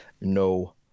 No